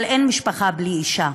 אבל אין משפחה בלי אישה.